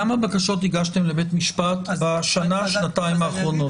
כמה בקשות הגשתם לבית המשפט בשנה-שנתיים האחרונות,